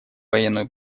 военную